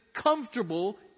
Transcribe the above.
comfortable